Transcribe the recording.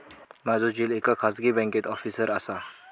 माझो झिल एका खाजगी बँकेत ऑफिसर असा